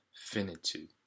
finitude